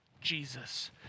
Jesus